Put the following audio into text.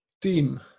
Team